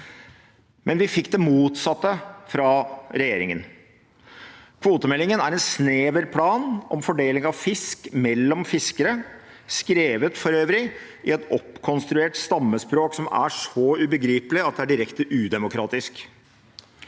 Men vi fikk det motsatte fra regjeringen. Kvotemeldingen er en snever plan om fordeling av fisk mellom fiskere, for øvrig skrevet i et oppkonstruert stammespråk som er så ubegripelig at det er direkte udemokratisk.